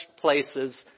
places